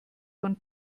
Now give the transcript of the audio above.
von